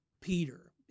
Peter